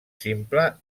simple